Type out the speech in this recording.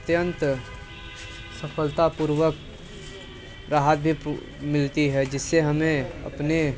अत्यंत सफलतापूर्वक राहत भी मिलती है जिससे हमें अपने